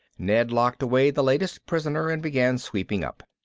ned locked away the latest prisoner and began sweeping up.